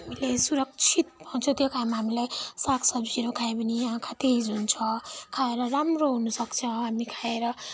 हामीले सुरक्षित हुन्छ त्यो कारण हामीलाई साग सब्जीहरू खायौँ भने आँखा तेज हुन्छ खाएर राम्रो हुनसक्छ अनि खाएर